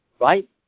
Right